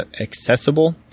accessible